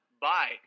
Bye